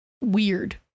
weird